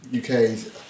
UK's